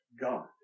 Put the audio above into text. God